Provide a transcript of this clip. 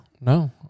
no